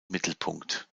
mittelpunkt